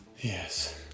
Yes